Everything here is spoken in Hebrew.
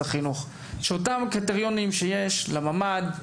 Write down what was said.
החינוך שאותם קריטריונים שיש לממ"ד,